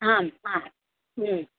आं हा